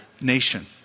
nation